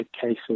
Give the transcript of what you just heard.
cases